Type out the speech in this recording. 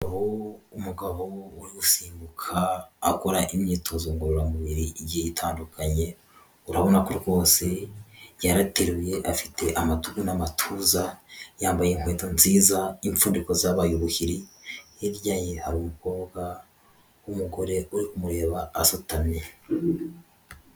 Umuga uri gusimbuka akora imyitozo ngororamubiri igiye itandukanye, urabona ko rwose yarateruye afite amatugu n'amatuza yambaye, inkweto nziza ipfundiko zabaye ubuhiri hirya ye hari umukobwa w'umugore uri kumureba asutamye.